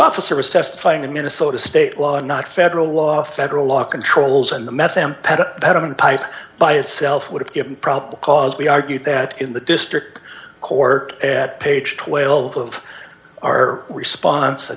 officer was testifying and minnesota state law not federal law federal law controls and the meth and that one pipe by itself would have given probable cause we argued that in the district court at page twelve of our response i